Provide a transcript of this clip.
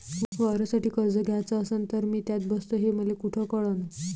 वावरासाठी कर्ज घ्याचं असन तर मी त्यात बसतो हे मले कुठ कळन?